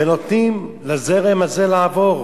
ונותנים לזרם הזה לעבור.